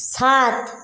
সাত